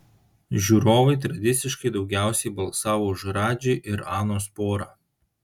žiūrovai tradiciškai daugiausiai balsavo už radži ir anos porą